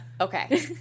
Okay